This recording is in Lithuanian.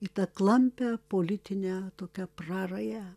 į tą klampią politinę tokią prarają